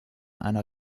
einer